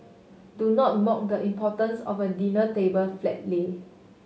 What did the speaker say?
do not mock the importance of a dinner table flat lay